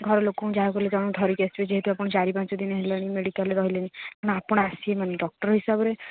ଘର ଲୋକଙ୍କୁ ଯାହାକୁ ହେଲେ ଜଣଙ୍କୁ ଧରିକି ଆସିବେ ଯେ ହେତୁ ଆପଣ ଚାରି ପାଞ୍ଚ ଦିନ ହେଲାଣି ମେଡ଼ିକାଲ୍ରେ ରହିଲେଣି ନା ଆପଣ ଆସିବେ ମାନେ ଡକ୍ଟର ହିସାବରେ